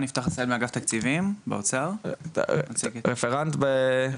אהלן, אני יפתח עשהאל ממשרד האוצר, רפרנט שיכון